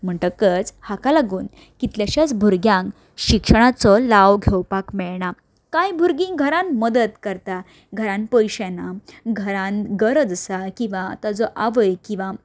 म्हणटकच हाका लागून कितलेशेच भुरग्यांक शिक्षणाचो लाव घेवपाक मेळना कांय भुरगीं घरान मदत करता घरान पयशे ना घरान गरज आसा किंवां ताजी आवय किंवां